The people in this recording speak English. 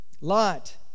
Lot